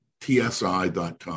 tsi.com